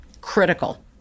critical